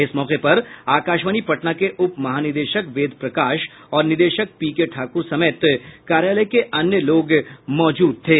इस मौके पर आकाशवाणी पटना के उप महानिदेशक वेद प्रकाश और निदेशक पीके ठाकुर समेत कार्यालय के अन्य लोग मौजूद थे